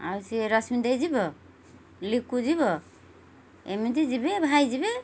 ଆଉ ସିଏ ରଶ୍ମିତା ବି ଯିବ ଲିକୁ ଯିବ ଏମିତି ଯିବେ ଭାଇ ଯିବେ